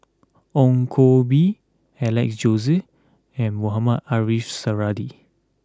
Ong Koh Bee Alex Josey and Mohamed Ariff Suradi